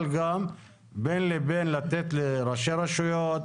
אבל גם בין לבין לתת לראשי רשויות,